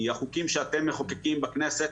כי החוקים שאתם מחוקקים בכנסת,